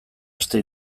aste